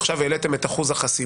עכשיו העליתם את אחוז החסימה,